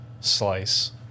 slice